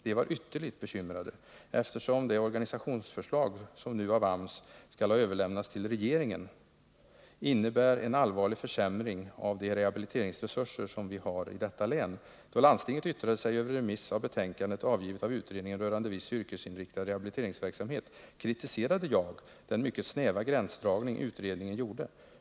De var ytterligt bekymrade, eftersom det organisationsförslag som nu av AMS skall ha överlämnats till regeringen innebär en allvarlig försämring av de rehabiliteringsresurser, som vi har i detta län. Då landstinget yttrade sig över remiss av betänkande avgivet av utredningen rörande viss yrkesinriktad rehabiliteringsverksamhet, kritiserade jag den mycket snäva gränsdragning utredningen gjorde.